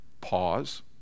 Pause